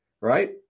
right